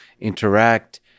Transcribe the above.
interact